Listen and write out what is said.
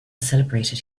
celebrated